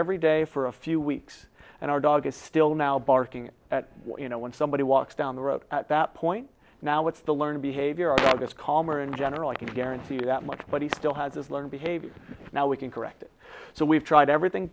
every day for a few weeks and our dog is still now barking at you know when somebody walks down the road at that point now what's the learned behavior is calmer in general i can guarantee you that much but he still has learned behavior now we can correct it so we've tried everything